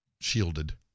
shielded